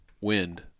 wind